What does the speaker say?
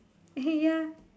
ya